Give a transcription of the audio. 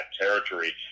territory